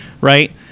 right